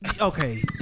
Okay